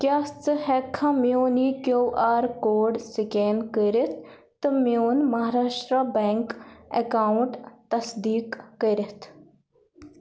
کیٛاہ ژٕ ہیٚکہٕ کھا میون یہِ کیوٗ آر کوڈ سکین کٔرِتھ تہٕ میون مہاراشٹرٛا بیٚنٛک اکاونٹ تصدیق کٔرِتھ